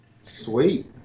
Sweet